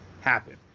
happen